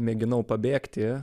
mėginau pabėgti